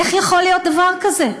איך יכול להיות דבר כזה?